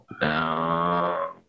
no